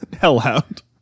hellhound